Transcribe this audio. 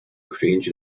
cringe